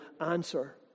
answer